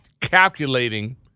calculating